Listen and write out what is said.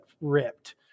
ripped